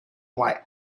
why